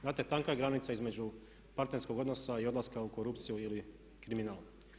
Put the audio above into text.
Znate, tanka je granica između partnerskog odnosa i odlaska u korupciju ili kriminal.